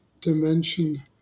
dimension